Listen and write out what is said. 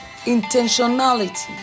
intentionality